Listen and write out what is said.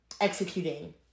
executing